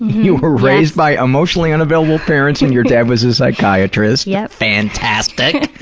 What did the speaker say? you were raised by emotionally unavailable parents and your dad was a psychiatrist. yeah. fantastic.